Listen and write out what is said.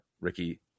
Ricky